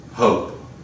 hope